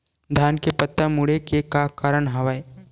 धान के पत्ता मुड़े के का कारण हवय?